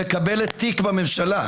כל הזיה מקבלת תיק בממשלה.